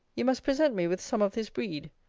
you must present me with some of this breed,